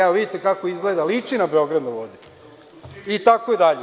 Evo, vidite kako izgleda, liči na „Beograd na vodi“ itd.